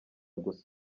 gusa